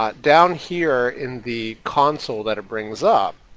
but down here in the console that it brings up,